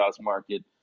market